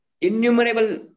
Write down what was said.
innumerable